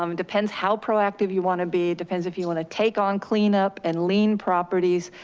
um depends how proactive you wanna be. depends if you wanna take on cleanup and lean properties.